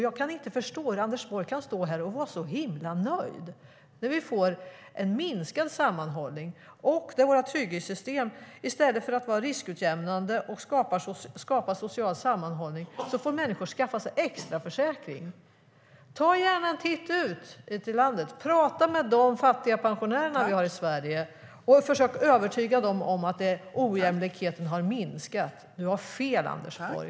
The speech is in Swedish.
Jag kan inte förstå hur Anders Borg kan stå här och vara så himla nöjd när vi får en minskad sammanhållning och när våra trygghetssystem i stället för att vara riskutjämnande och skapa social sammanhållning är sådana att människor får skaffa sig extraförsäkring. Ta gärna en titt ut i landet! Prata med de fattiga pensionärerna i Sverige och försök övertyga dem om att ojämlikheten har minskat. Du har fel, Anders Borg!